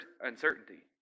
uncertainty